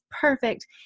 perfect